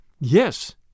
Yes